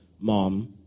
mom